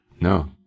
No